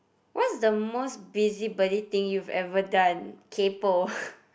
what's the most busybody thing you've ever done kaypo